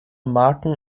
marken